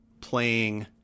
playing